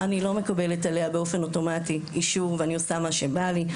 אני לא מקבלת עליה באופן אוטומטי אישור ואני עושה מה שבא לי,